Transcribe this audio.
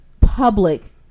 public